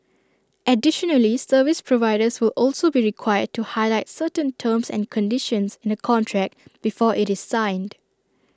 additionally service providers will also be required to highlight certain terms and conditions in A contract before IT is signed